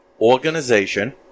organization